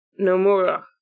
Nomura